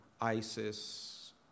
ISIS